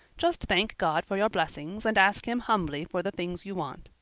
just thank god for your blessings and ask him humbly for the things you want.